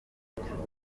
koperative